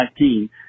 2019